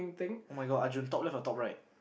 [oh]-my-god Arjun top left or top right